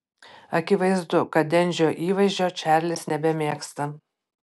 akivaizdu kad dendžio įvaizdžio čarlis nebemėgsta